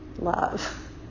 love